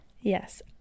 Yes